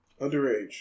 Underage